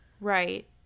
Right